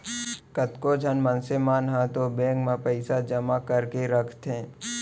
कतको झन मनसे मन ह तो बेंक म पइसा जमा कर करके रखथे